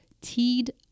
teed